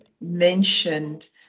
mentioned